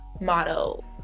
motto